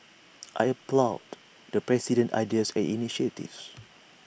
I applaud the president's ideas and initiatives